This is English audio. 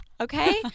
Okay